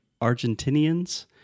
Argentinians